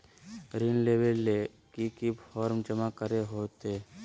ऋण लेबे ले की की फॉर्म जमा करे होते?